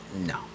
No